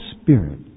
Spirit